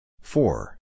four